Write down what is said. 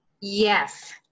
Yes